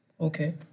Okay